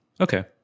Okay